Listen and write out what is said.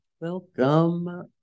Welcome